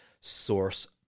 source